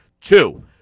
two